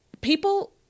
people